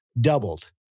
doubled